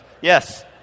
Yes